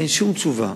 אין שום תשובה,